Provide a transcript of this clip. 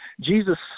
Jesus